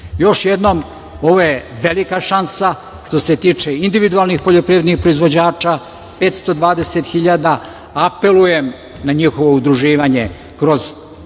jednom, ovo je velika šansa, što se tiče individualnih poljoprivrednih proizvođača, 520 hiljada. Apelujem na njihovo udruživanje kroz poljoprivredne zemljoradničke